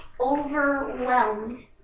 overwhelmed